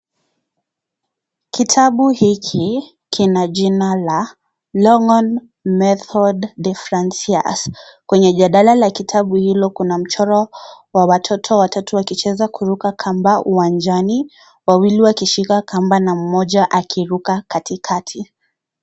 Kitabu hiki kina jina la [c]Longhorn Methode de Francais . Kwenye jalada la kitabu hilo kuna mchoro wa watoto watatu wakicheza kuruka kamba uwanjani, wawili wakishika kamba na mmoja akiruka katikati.